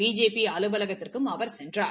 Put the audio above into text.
BJP அலுவலகத்துக்கும் அவர் சென்றார்